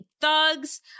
thugs